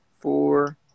four